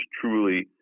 truly